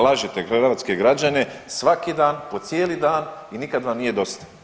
Lažete hrvatske građane svaki dan po cijeli dan i nikad vam nije dosta.